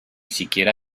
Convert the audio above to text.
siquiera